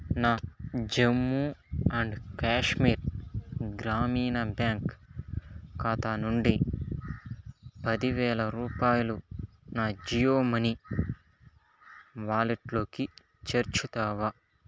నా జమ్ము అండ్ కాశ్మీర్ గ్రామీణ బ్యాంక్ ఖాతా నుండి పదివేల రూపాయలు నా జియో మనీ వాలెట్లోకి చేర్చుతావా